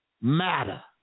matter